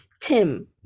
tim